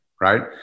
right